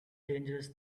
dangerous